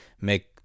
make